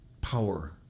power